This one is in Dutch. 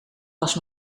was